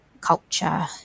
culture